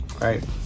right